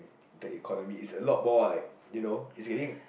the economy is a lot more like you know it's getting